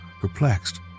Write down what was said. perplexed